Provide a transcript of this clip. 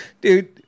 dude